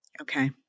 Okay